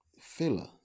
filler